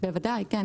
בוודאי, כן.